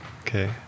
Okay